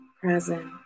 present